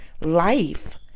life